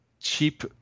cheap